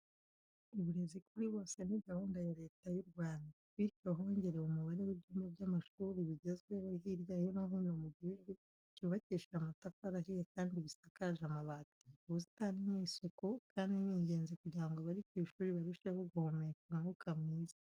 Uburezi kuri bose ni gahunda ya Leta y'u Rwanda, bityo hongerewe umubare w'ibyumba by'amashuri bigezweho hirya no hino mu gihugu byubakishije amatafari ahiye kandi bisakaje amabati. Ubusitani ni isuku kandi ni ingenzi kugira ngo abari ku ishuri barusheho guhumeka umwuka mwiza.